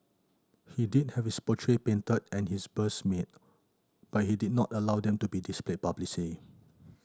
he did have his portrait painted and his bust made but he did not allow them to be displayed publicly